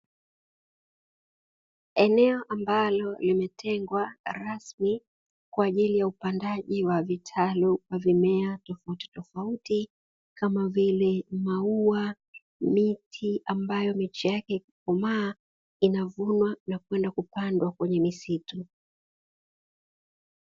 Eneo ambalo limetengwa rasmi kwa ajili ya upandaji wa vitalu wa mimea tofautitofauti, kama vile maua, miti, ambayo miche yake ikikomaa inavunwa na kwenda kupandwa kwenye misitu.